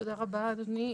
תודה רבה אדוני.